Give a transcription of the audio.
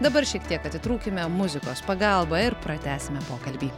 dabar šiek tiek atitrūkime muzikos pagalba ir pratęsime pokalbį